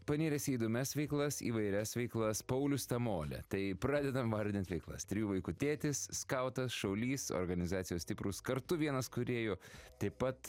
panėręs į įdomias veiklas įvairias veiklas paulius tamolė tai pradedam vardint veiklas trijų vaikų tėtis skautas šaulys organizacijos stiprūs kartu vienas kūrėjų taip pat